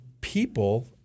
people